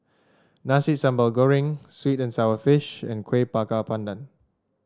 Nasi Sambal Goreng sweet and sour fish and Kueh Bakar Pandan